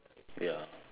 ya